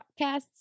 podcasts